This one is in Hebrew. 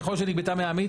'ככל שנגבתה מעמית',